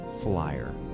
Flyer